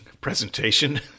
presentation